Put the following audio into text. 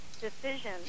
decision